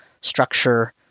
structure